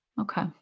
Okay